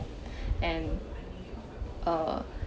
and uh